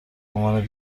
عنوان